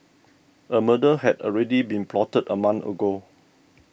a murder had already been plotted a month ago